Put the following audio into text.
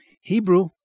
Hebrew